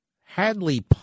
Hadley